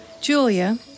Julia